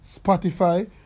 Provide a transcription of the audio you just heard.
Spotify